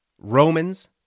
Romans